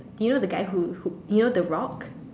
you know the guy who who you know the rock